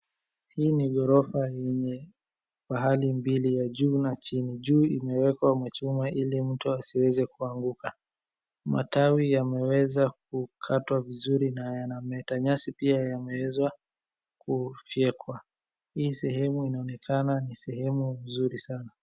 Hii ni ghorofa yenye pahali mbili ya juu na chini, juu imewekwa machuma ili mtu asiweze kuanguka, matawi yameweza kukatwa vizuri na yanameta, nyasi pia yameweza kufyekwa, hii sehemu inaonekana ni sehemu mzuri sana.